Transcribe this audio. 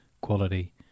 quality